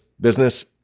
business